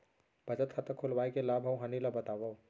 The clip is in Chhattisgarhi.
बचत खाता खोलवाय के लाभ अऊ हानि ला बतावव?